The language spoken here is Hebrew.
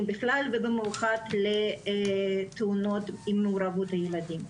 בכלל ובמיוחד לתאונות עם מעורבות ילדים.